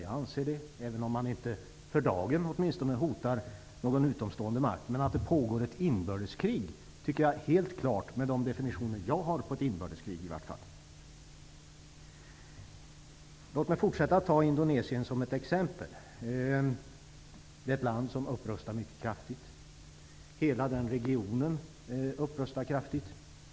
Jag anser det, även om man inte för dagen hotar någon utomstående makt. Det pågår helt klart ett inbördeskrig, i alla fall enligt min definition. Låt mig fortsätta att ta Indonesien som exempel. Det är ett land som upprustar mycket kraftigt. Hela den regionen gör det.